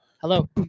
Hello